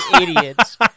idiots